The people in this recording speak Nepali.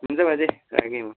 हुन्छ बाजे राखेँ म